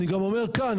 אני גם אומר כאן,